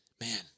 man